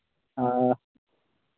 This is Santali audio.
ᱦᱮᱸ